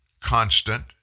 constant